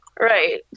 Right